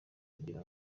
kugira